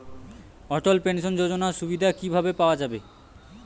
অটল pension যোজনার সুবিধা কি ভাবে পাওয়া যাবে?